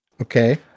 Okay